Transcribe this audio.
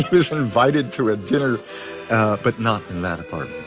was invited to a dinner but not in that apartment